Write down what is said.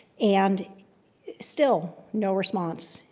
and still no response.